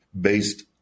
based